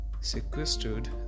sequestered